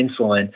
insulin